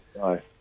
Bye